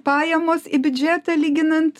pajamos į biudžetą lyginant